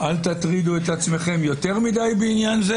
תטרידו את עצמכם יותר מדי בעניין הזה